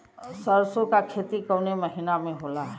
सरसों का खेती कवने महीना में होला?